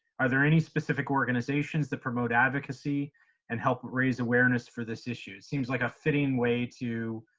are there any specific organizations that promote advocacy and help raise awareness for this issue? it seems like a fitting way to